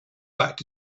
back